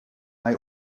may